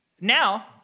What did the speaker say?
Now